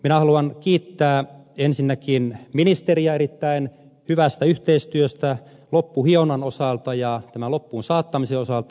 minä haluan kiittää ensinnäkin ministeriä erittäin hyvästä yhteistyöstä loppuhionnan osalta ja tämän loppuun saattamisen osalta